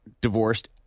divorced